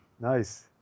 Nice